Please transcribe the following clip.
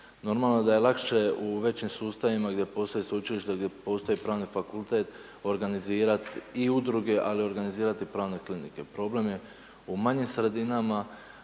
Normalno da je lakše u većim sustavima gdje postoje sveučilišta, gdje postoji pravni fakultet organizirat i udruge, ali i organizirat i pravne klinike. Problem je u manjim sredinama